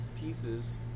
pieces